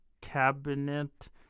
Cabinet